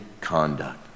conduct